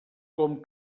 com